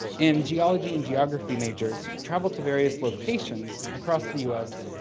and geology and geography majors traveled to various locations across the u s.